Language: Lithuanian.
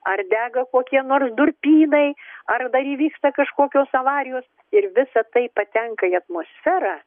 ar dega kokie nors durpynai ar dar įvyksta kažkokios avarijos ir visa tai patenka į atmosferą